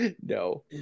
No